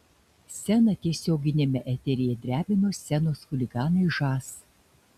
sceną tiesioginiame eteryje drebino scenos chuliganai žas